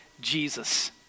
Jesus